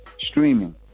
streaming